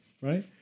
right